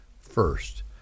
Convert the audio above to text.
first